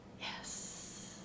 Yes